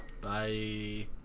Bye